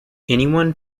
anyone